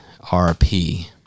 RP